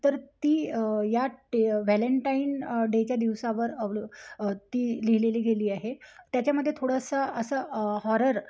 तर ती या ट व्हॅलेंटाईन डेच्या दिवसावर अवल ती लिहिलेली गेली आहे त्याच्यामध्ये थोडंसं असं हॉरर